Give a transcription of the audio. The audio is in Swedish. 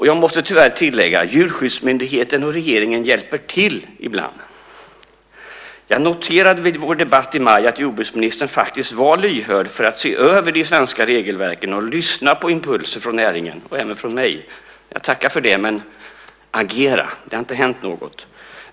Jag måste tyvärr tillägga att Djurskyddsmyndigheten och regeringen ibland hjälper till. Jag noterade vid vår debatt i maj att jordbruksministern var lyhörd för att se över de svenska regelverken och lyssna på impulser från näringen och även från mig. Jag tackar för det, men agera också. Det har inte hänt något.